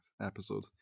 episode